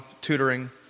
tutoring